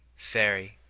fairy,